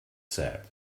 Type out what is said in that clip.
said